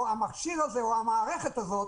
המכשיר הזה או המערכת הזאת,